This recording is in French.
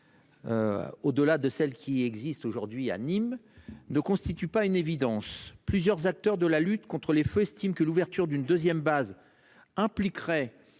Au-delà de celles qui existent aujourd'hui à Nîmes, ne constitue pas une évidence plusieurs acteurs de la lutte contre les estime que l'ouverture d'une 2ème base. Impliquerait